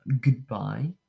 goodbye